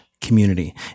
community